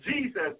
Jesus